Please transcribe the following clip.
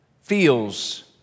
feels